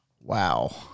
Wow